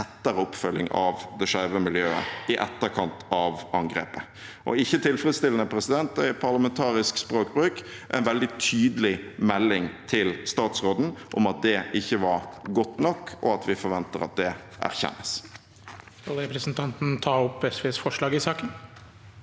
tettere oppfølging av det skeive miljøet i etterkant av angrepet. «Ikke tilfredsstillende» er i parlamentarisk språkbruk en veldig tydelig melding til statsråden om at det ikke var godt nok, og at vi forventer at det erkjennes.